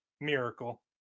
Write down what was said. Miracle